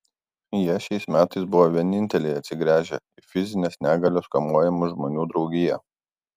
jie šiais metais buvo vieninteliai atsigręžę į fizinės negalios kamuojamų žmonių draugiją